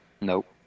Nope